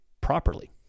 properly